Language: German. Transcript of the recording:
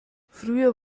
früher